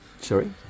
Sorry